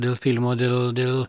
dėl filmo dėl dėl